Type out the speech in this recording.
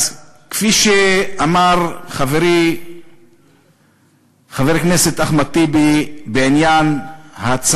אז כפי שאמר חברי חבר הכנסת אחמד טיבי בהצעה